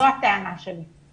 זו הטענה שלי.